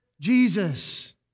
Jesus